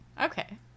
okay